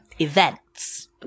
events